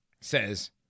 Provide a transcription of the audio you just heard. says